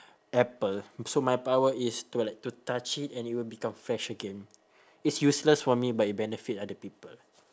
apple so my power is to like to touch it and it will become fresh again it's useless for me but it benefit other people